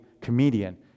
comedian